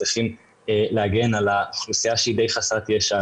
צריכים להגן על האוכלוסייה שהיא די חסרת ישע,